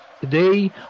Today